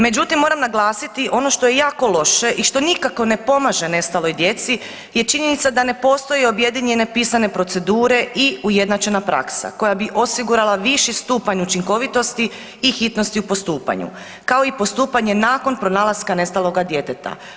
Međutim, moram naglasiti ono što je jako loše i što nikako ne pomaže nestaloj djeci je činjenica da ne postoji objedinjene pisane procedure i ujednačena praksa koja bi osigurala viši stupanj učinkovitosti i hitnosti u postupanju kao i postupanje nakon pronalaska nestaloga djeteta.